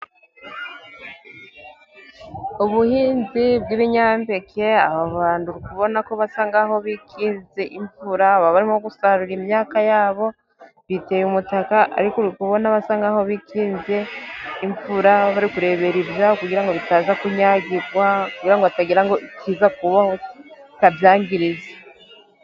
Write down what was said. Ubuhinzi bw'ibinyampeke aba bantu uri kubona ko basa nkaho bikinze imvura bari barimo gusarura imyaka yabo biteye umutaka; ariko uri kubona basa nkaho bikinze imvura bari kurebera ibyabo kugira ngo bitaza kunyagirwa kugira ngo hatagira ikiza kubyangiriza.